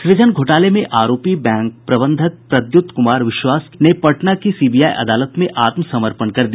सूजन घोटाले में आरोपी बैंक प्रबंधक प्रद्युत कुमार विश्वास ने पटना की सीबीआई अदालत में आत्मसमर्पण कर दिया